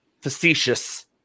facetious